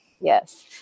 yes